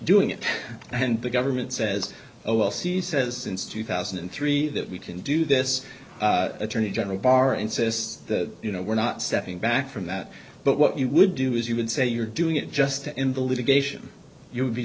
doing it and the government says oh well she says since two thousand and three that we can do this attorney general barr insists that you know we're not stepping back from that but what you would do is you would say you're doing it just to end the litigation you'